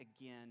again